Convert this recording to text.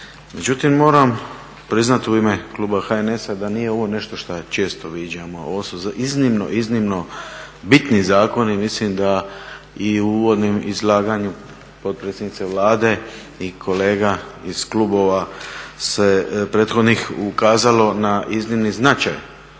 Međutim moram priznati u ime kluba HNS-a da nije ovo nešto što često viđamo, ovo su iznimno, iznimno bitni zakoni. Mislim da i u uvodnom izlaganju potpredsjednice Vlade i kolega iz klubova prethodnih ukazalo na izniman značaj